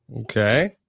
Okay